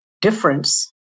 difference